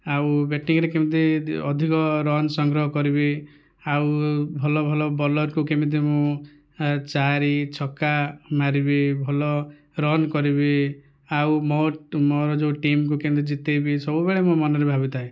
ଆଉ ବ୍ୟାଟିଙ୍ଗରେ କେମିତି ଅଧିକ ରନ ସଂଗ୍ରହ କରିବି ଆଉ ଭଲ ଭଲ ବୋଲର୍କୁ କେମିତି ମୁଁ ଚାରି ଛକା ମାରିବି ଭଲ ରନ କରିବି ଆଉ ମୋ'ର ଯେଉଁ ଟିମ୍କୁ କେମିତି ଜିତାଇବି ସବୁବେଳେ ମୋ' ମନରେ ଭାବିଥାଏ